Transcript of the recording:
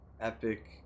epic